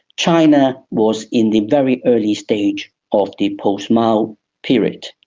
china was in the very early stage of the post-mao period.